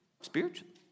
spiritually